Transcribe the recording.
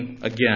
again